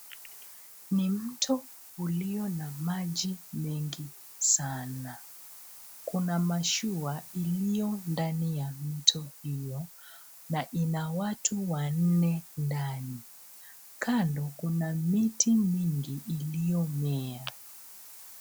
Ni mto ulio na maji mengi sana . Kuna mashua iliyo ndani ya mto huo na ina watu wanne ndani. Kando, kuna miti mingi iliyomea.